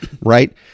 right